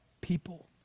people